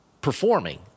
performing